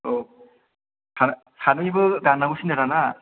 औ सानै सानैबो गान्नांगौसोनो दाना